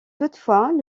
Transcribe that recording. toutefois